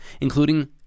including